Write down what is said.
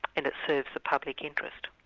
and it serves the public interest.